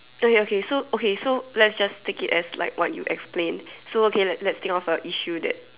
ya ya okay so okay so lets just take it as like what you explain so okay lets think of an issue that